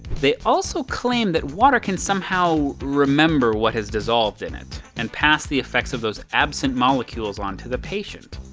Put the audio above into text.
they also claim that water can somehow remember what has dissolved in it, and pass the effects of those absent molecules on to the patient.